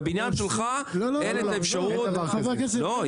בבניין שלך אין האפשרות -- לא,